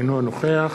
אינו נוכח